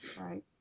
Right